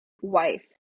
wife